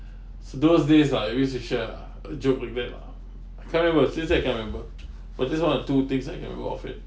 so those days lah we used to share lah a joke we make lah I can't remember since that I cannot remember but this one or two things I can remember of it